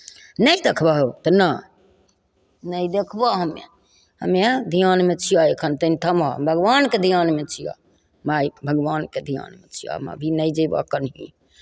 नहि देखबह हो तऽ नहि नहि देखबह हमे हमे धियानमे छियह एखन तनि थमह भगवानके धियानमे छियह माय भगवानके धियानमे छियह हम अभी नहि जयबह कहीँ